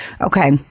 okay